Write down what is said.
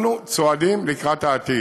אנחנו צועדים לקראת העתיד.